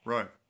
Right